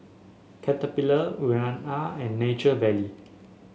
Caterpillar Urana and Nature Valley